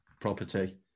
property